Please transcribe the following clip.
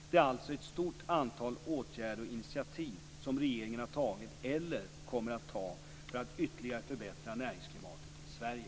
Det är alltså ett stort antal åtgärder och initiativ som regeringen har tagit eller kommer att ta för att ytterligare förbättra näringsklimatet i Sverige.